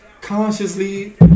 Consciously